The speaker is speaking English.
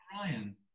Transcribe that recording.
Ryan